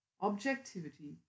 objectivity